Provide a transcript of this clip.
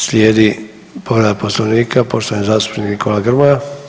Slijedi povreda poslovnika poštovani zastupnik Nikola Grmoja.